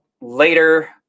later